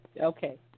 Okay